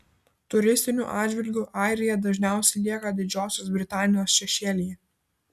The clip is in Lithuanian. turistiniu atžvilgiu airija dažniausiai lieka didžiosios britanijos šešėlyje